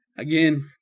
Again